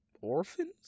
orphans